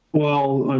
well,